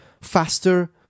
faster